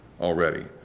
already